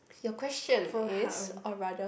your question is or rather